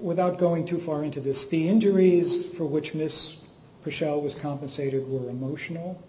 without going too far into this the injuries for which miss pushout was compensated were emotional